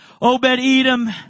Obed-Edom